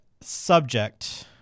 subject